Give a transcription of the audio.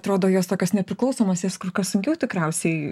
atrodo jos tokios nepriklausomos jas kur kas sunkiau tikriausiai